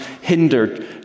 hindered